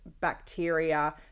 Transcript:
bacteria